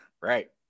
Right